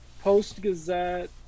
Post-Gazette